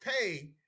pay